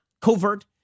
covert